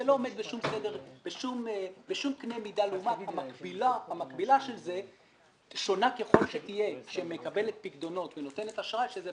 בעצם מה שנקבע ב-פטקא זה שאלה יהיו שנתיים או עד ההסדרה לפי